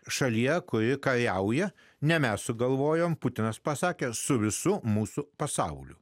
šalyje kuri kariauja ne mes sugalvojome putinas pasakė su visu mūsų pasauliu